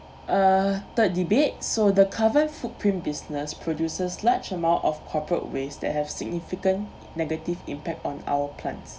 uh third debate so the carbon footprint business produces large amount of corporate waste that have significant negative impact on our plants